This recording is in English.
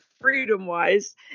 freedom-wise